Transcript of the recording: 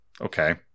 okay